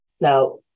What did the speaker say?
Now